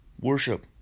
Worship